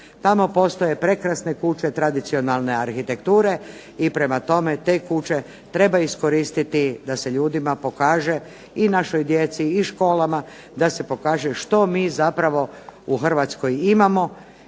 Tamo postoje prekrasne kuće tradicionalne arhitekture i prema tome te kuće treba iskoristiti da se ljudima pokaže i našoj djeci i školama, da se pokaže što mi zapravo u Hrvatskoj imamo.